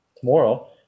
tomorrow